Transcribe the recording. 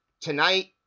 tonight